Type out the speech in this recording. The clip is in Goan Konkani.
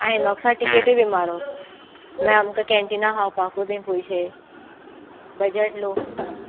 आयनॉक्सां टिकेटूय बी म्हारग मागीर आमकां कॅनटिना खावपाकूय बीन पयशे बजट लो